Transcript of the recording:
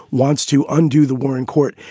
wants to undo the warren court.